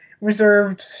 reserved